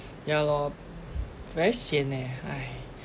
ya lor very sian eh !hais!